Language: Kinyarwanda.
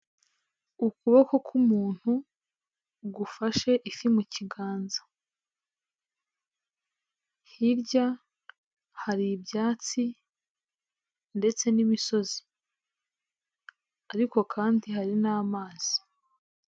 ukuboko k'umuntu gufashe ifi mu kiganza. Hirya hari ibyatsi ndetse n'imisozi ariko kandi hari n'amazi.